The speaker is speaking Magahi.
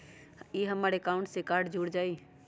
ई हमर अकाउंट से कार्ड जुर जाई?